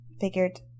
Figured